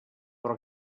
però